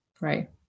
Right